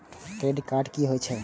Credit card की होय छै?